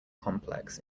complex